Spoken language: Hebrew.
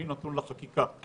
אני נתון לחקיקה.